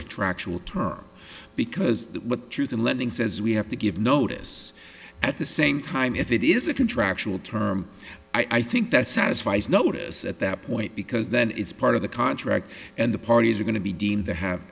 contractual term because that what truth and lending says we have to give notice at the same time if it is a contractual term i think that satisfies notice at that point because that is part of the contract and the parties are going to be deemed to have